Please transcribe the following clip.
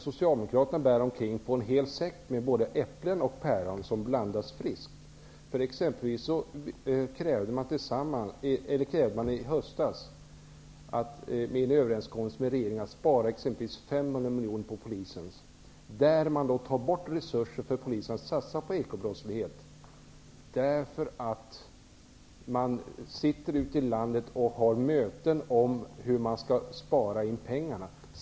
Socialdemokraterna bär omkring på en hel säck med både äpplen och päron som blandas friskt. I höstas krävde man t.ex. i överenskommelsen med regeringen att det skulle sparas 500 miljoner kronor på Polisen. Man tar bort resurser för Polisen men vill satsa på bekämpning av ekobrottsligheten. Man har ute i landet möten, där man diskuterar hur det skall sparas.